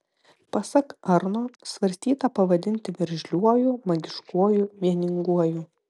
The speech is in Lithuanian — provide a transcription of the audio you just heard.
pasak arno svarstyta pavadinti veržliuoju magiškuoju vieninguoju